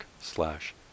slash